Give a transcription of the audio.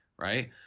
right